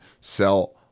sell